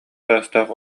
саастаах